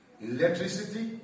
electricity